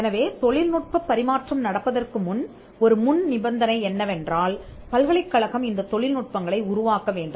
எனவே தொழில்நுட்பப் பரிமாற்றம் நடப்பதற்கு முன் ஒரு முன் நிபந்தனை என்னவென்றால் பல்கலைக்கழகம் இந்த தொழில்நுட்பங்களை உருவாக்க வேண்டும்